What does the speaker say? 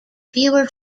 viewer